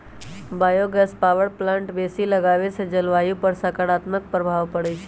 bio gas power plant बेशी लगाबेसे जलवायु पर सकारात्मक प्रभाव पड़इ छै